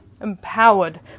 empowered